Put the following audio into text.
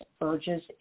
urges